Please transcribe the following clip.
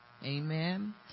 Amen